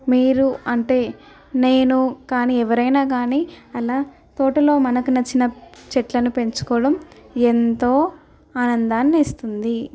మీరు అంటే నేను కానీ ఎవరైనా కాని అలా తోటలో మనకు నచ్చిన చెట్లను పెంచుకోవడం ఎంతో ఆనందాన్ని ఇస్తుంది